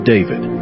David